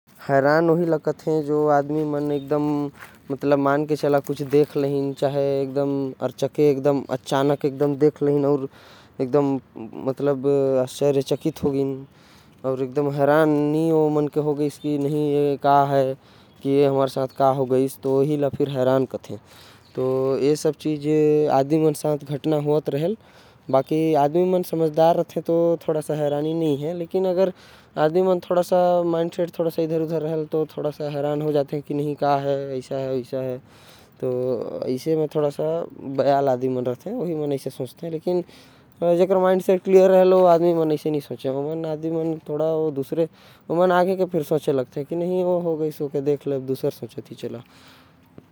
हैरान होही ला कथे जो आदमी मान के चला कुछ देख लेहीन। अचानक एकदम देख लेहीन मतलब आखि ला फार देहीन। एकदम चमक भराईन हैरानी हो गइस ऐ का है। ऐ हमर साथ का हो गइस तो ओहि ला हैरान कथे। तो ऐ सब चीज आदमी मन संग घटना होत रहेल समझदार रहथे। माइंड सेट ठीक रहथे तो ओ आदमी मन ऐसा नही सोचे बाकि मन घबरा जाथे।